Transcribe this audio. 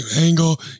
angle